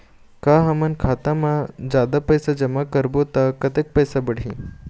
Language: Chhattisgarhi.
का हमन खाता मा जादा पैसा जमा करबो ता कतेक पैसा बढ़ही?